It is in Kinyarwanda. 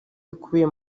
bikubiye